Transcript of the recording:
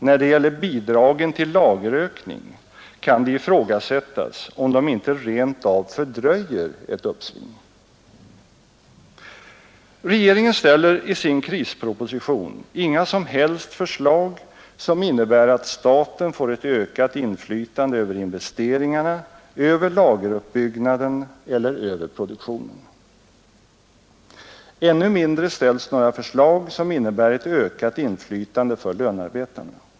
När det gäller bidragen till lagerökning kan det ifrågasättas om de inte rent av fördröjer ett uppsving. Regeringen ställer i sin krisproposition inga som helst förslag som innebär att staten får ett ökat inflytande över investeringarna, över lageruppbyggnaden eller över produktionen. Ännu mindre ställs några förslag som innebär ett ökat inflytande för lönearbetarna.